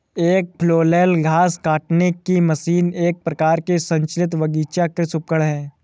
एक फ्लैल घास काटने की मशीन एक प्रकार का संचालित बगीचा कृषि उपकरण है